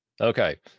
Okay